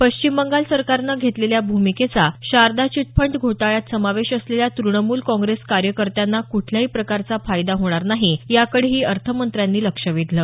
पश्चिम बंगाल सरकारनं घेतलेल्या भूमिकेचा शारदा चिट फंड घोटाळ्यात समावेश असलेल्या तृणमुल काँग्रेस कार्यकर्त्यांना कुठल्याही प्रकारचा फायदा होणार नाही याकडेही अर्थमंत्र्यांनी लक्ष वेधलं